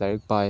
ꯂꯥꯏꯔꯤꯛ ꯄꯥꯏ